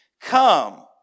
Come